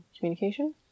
Communication